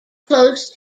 close